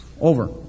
over